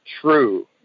true